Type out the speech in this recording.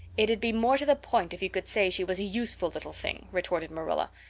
it'd be more to the point if you could say she was a useful little thing, retorted marilla,